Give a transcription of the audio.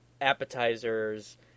appetizers